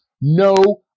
no